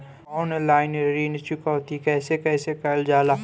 Online ऋण चुकौती कइसे कइसे कइल जाला?